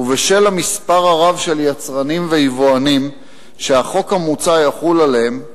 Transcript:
ובשל המספר הרב של יצרנים ויבואנים שהחוק המוצע יחול עליהם,